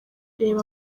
reba